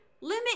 limit